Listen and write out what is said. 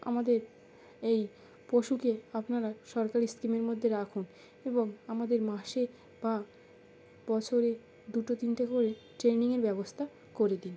আমাদের এই পশুকে আপনারা সরকারি স্কিমের মধ্যে রাখুন এবং আমাদের মাসে বা বছরে দুটো তিনটে করে ট্রেনিংয়ের ব্যবস্থা করে দিন